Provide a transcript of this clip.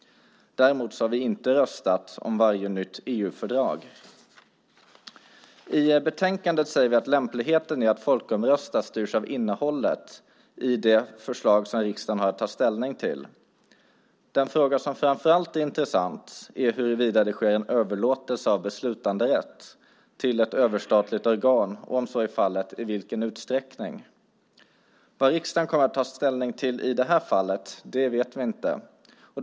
Däremot har vi inte röstat om varje nytt EU-fördrag. I betänkandet säger vi att lämpligheten i att folkomrösta styrs av innehållet i det förslag som riksdagen har att ta ställning till. Den fråga som framför allt är intressant är huruvida det sker en överlåtelse av beslutanderätt till ett överstatligt organ och, om så är fallet, i vilken utsträckning. Vad riksdagen kommer att ta ställning till i det här fallet vet vi inte.